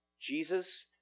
Jesus